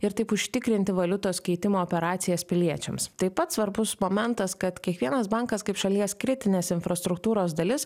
ir taip užtikrinti valiutos keitimo operacijas piliečiams taip pat svarbus momentas kad kiekvienas bankas kaip šalies kritinės infrastruktūros dalis